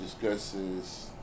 discusses